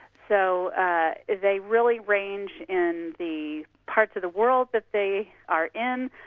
so ah they really range in the part of the world that they are in,